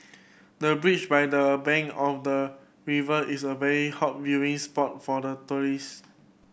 the breach by the bank of the river is a very hot viewing spot for the tourist